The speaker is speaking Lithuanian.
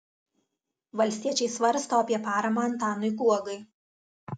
valstiečiai svarsto apie paramą antanui guogai